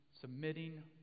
submitting